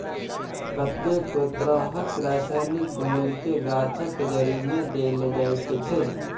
कतेको तरहक रसायनक घोलकेँ गाछक जड़िमे देल जाइत छै